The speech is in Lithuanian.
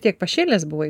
tiek pašėlęs buvai